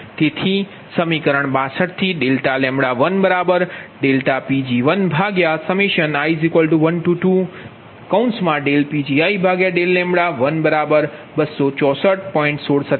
તેથી સમીકરણ 62 થી ∆Pgi12Pgi∂λ264